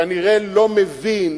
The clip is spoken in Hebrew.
כנראה לא מבין